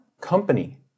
company